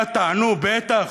מייד טענו: בטח,